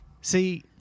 See